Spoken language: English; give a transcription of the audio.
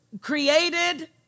created